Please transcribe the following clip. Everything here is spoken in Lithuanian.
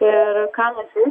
ir kalasi